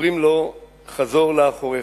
אומרים לו: חזור לאחוריך,